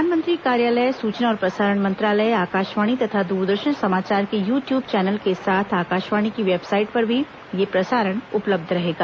प्रधानमंत्री कार्यालय सुचना और प्रसारण मंत्रालय आकाशवाणी तथा दूरदर्शन समाचार के यू ट्यूब चैनल के साथ आकाशवाणी की वेबसाइट पर भी यह प्रसारण उपलब्ध रहेगा